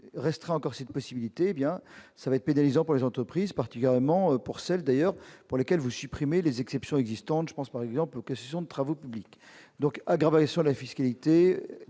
restreint encore cette possibilité, cela va être pénalisant pour les entreprises, particulièrement pour celles pour lesquelles vous supprimez les exceptions existantes. Je pense, par exemple, aux concessions de travaux publics. L'adoption de votre